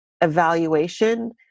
evaluation